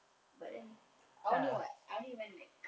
but then I only what I only went like